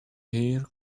hair